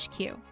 HQ